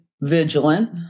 vigilant